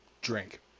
drink